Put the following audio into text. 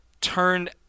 turned